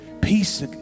Peace